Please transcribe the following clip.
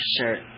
shirt